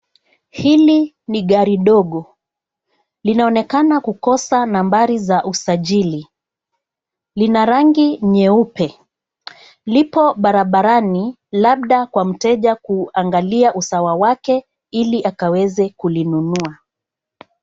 Hili ni gari dogo. Linaonekana kukosa nambari za usajili. Lina rangi nyeupe, lipo barabarani labda kwa mteja kuangalia usawa wake ili akaweze kulinunua.